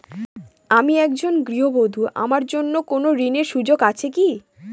আমি একজন গৃহবধূ আমার জন্য কোন ঋণের সুযোগ আছে কি?